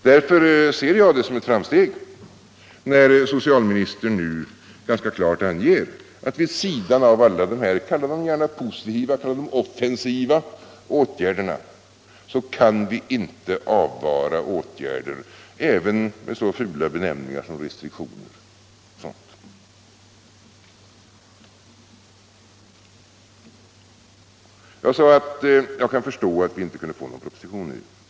Därför ser jag det som ett framsteg när socialministern nu ganska klart anger att vi vid sidan av alla dessa åtgärder — kalla dem gärna positiva, ja t.o.m. offensiva — inte kan avvara åtgärder även med så fula benämningar som restriktioner. Jag kan förstå att vi inte nu kan få en proposition.